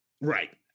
Right